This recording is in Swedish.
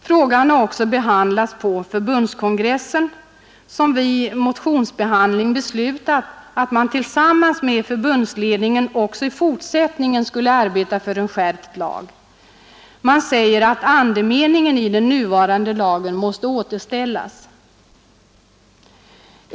Frågan har också behandlats på förbundskongressen, som vid motionsbehandling beslutat att man tillsammans med förbundsledningen också i fortsättningen skulle arbeta för en sådan skärpning. Man säger att andemeningen i den nuvarande lagen måste återställas.